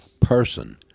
person